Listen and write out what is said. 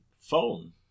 phone